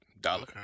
dollar